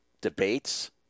debates